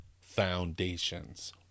foundations